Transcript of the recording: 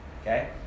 Okay